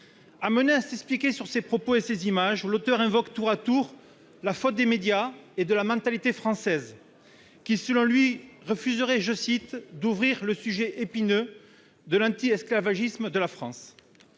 Amené à s'expliquer sur ces propos et ces images, l'auteur invoque tour à tour la faute des médias et de la mentalité française, qui, selon lui, refuserait « d'ouvrir le sujet épineux de l'esclavagisme de la France